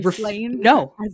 No